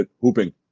Hooping